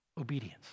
Obedience